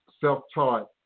self-taught